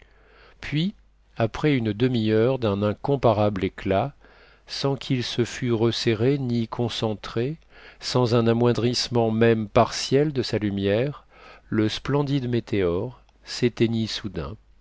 puis après une demi-heure d'un incomparable éclat sans qu'il se fût resserré ni concentré sans un amoindrissement même partiel de sa lumière le splendide météore s'éteignit soudain